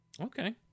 Okay